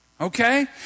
Okay